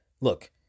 look